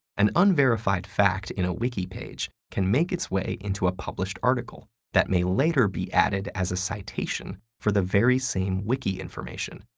an unverified fact in a wiki page can make its way into a published article that may later be added as a citation for the very same wiki information,